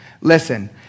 Listen